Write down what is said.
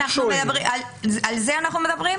על זה אנחנו מדברים?